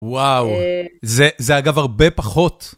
וואו, זה אגב הרבה פחות.